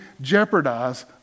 jeopardize